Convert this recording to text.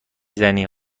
زنی